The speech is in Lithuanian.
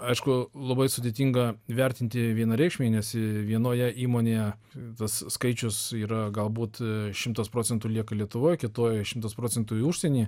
aišku labai sudėtinga vertinti vienareikšmiai nes vienoje įmonėje tas skaičius yra galbūt šimtas procentų lieka lietuvoj kitoj šimtas procentų į užsienį